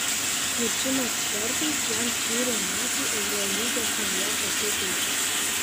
krepšinio ekspertai jam skyrė metų eurolygos naujoko titulą